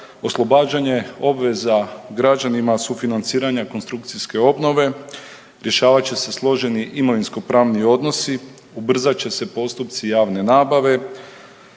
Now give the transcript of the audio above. oslobađanje obveza građanima sufinanciranja konstrukcijske obnove. Rješavat će se složeni imovinsko-pravni odnosi, ubrzat će se postupci javne nabave,